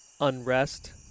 unrest